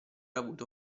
avuto